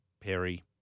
Perry